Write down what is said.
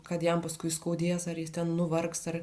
kad jam paskui skaudės ar jis ten nuvargs ar